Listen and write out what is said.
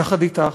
יחד אתך,